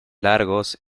largos